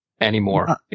Anymore